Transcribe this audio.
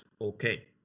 okay